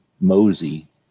mosey